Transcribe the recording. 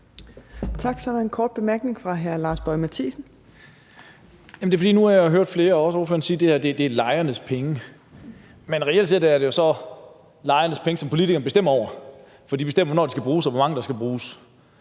nu har hørt flere af ordførerne sige, at det her er lejernes penge, men reelt set er det jo så lejernes penge, som politikerne bestemmer over, for de bestemmer, hvornår de skal bruges, og hvor mange der skal bruges.